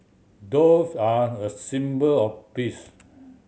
dove are a symbol of peace